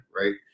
right